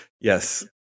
Yes